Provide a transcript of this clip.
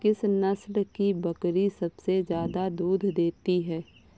किस नस्ल की बकरी सबसे ज्यादा दूध देती है?